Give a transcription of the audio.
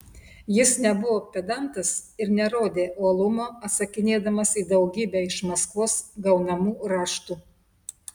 jis nebuvo pedantas ir nerodė uolumo atsakinėdamas į daugybę iš maskvos gaunamų raštų